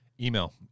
Email